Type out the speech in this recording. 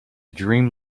dream